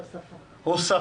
לא רק את הפריפריה.